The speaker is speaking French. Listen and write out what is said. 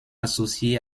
associé